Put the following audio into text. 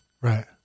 Right